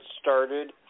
started